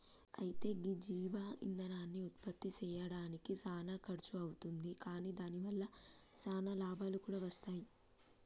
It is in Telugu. అయితే గీ జీవ ఇందనాన్ని ఉత్పప్తి సెయ్యడానికి సానా ఖర్సు అవుతుంది కాని దాని వల్ల సానా లాభాలు కూడా వస్తాయి